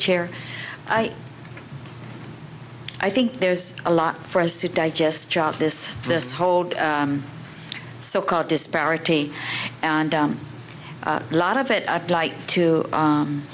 chair i i think there's a lot for us to digest job this this hold so called disparity and a lot of it i'd like to